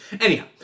Anyhow